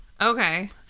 Okay